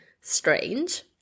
Strange